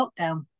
lockdown